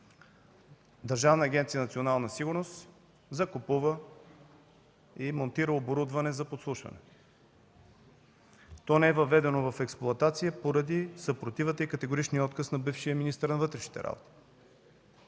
Държавна агенция „Национална сигурност“ закупува и монтира оборудване за подслушване. То не е въведено в експлоатация поради съпротивата и категоричния отказ на бившия министър на вътрешните работи.